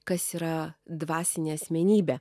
kas yra dvasinė asmenybė